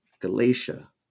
Galatia